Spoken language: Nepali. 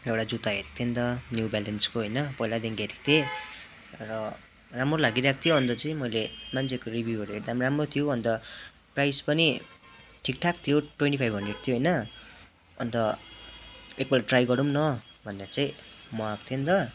एउटा जुत्ता हेरेको थिएँ नि त न्यू ब्यालेन्सको होइन पहिलादेखिको हेरेको थिएँ र राम्रो लागिरहेको थियो अन्त चाहिँ मैले मान्छेको रिभ्यूहरू हेर्दा पनि राम्रो थियो अन्त प्राइज पनि ठिकठाक थियो ट्वेइन्टी फाइभ हन्ड्रेड थियो होइन अन्त एकपल्ट ट्राई गरौँ न भनेर चाहिँ म आएको थिएँ नि त